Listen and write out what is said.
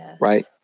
Right